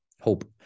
hope